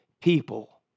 people